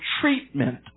treatment